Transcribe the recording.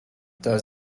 does